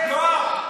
אלי,